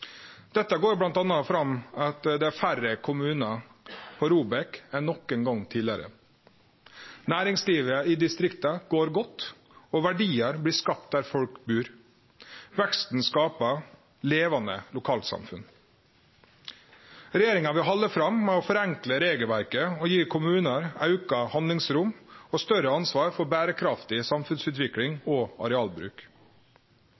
Dette går fram bl.a. av at det er færre kommunar i ROBEK enn nokon gong tidlegare. Næringslivet i distrikta går godt, og verdiar blir skapte der folk bur. Veksten skaper levande lokalsamfunn. Regjeringa vil halde fram med å forenkle regelverket og gi kommunar auka handlingsrom og større ansvar for berekraftig